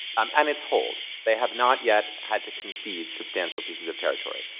um and it's hold. they have not yet had to concede substantial pieces of territory.